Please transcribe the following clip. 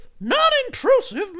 non-intrusive